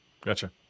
Gotcha